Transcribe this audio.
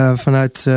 vanuit